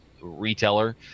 retailer